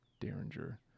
Derringer